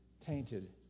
tainted